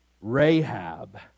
Rahab